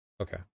Okay